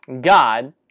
God